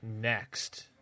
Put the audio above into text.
next